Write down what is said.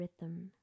rhythm